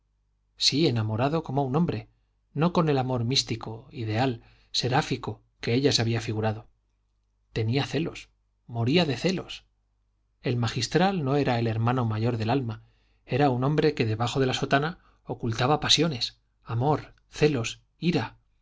sí enamorado como un hombre no con el amor místico ideal seráfico que ella se había figurado tenía celos moría de celos el magistral no era el hermano mayor del alma era un hombre que debajo de la sotana ocultaba pasiones amor celos ira